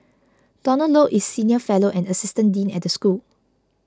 Donald Low is senior fellow and assistant dean at the school